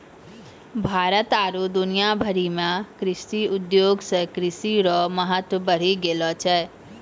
भारत आरु दुनिया भरि मे कृषि उद्योग से कृषि रो महत्व बढ़ी गेलो छै